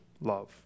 love